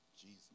Jesus